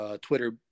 Twitter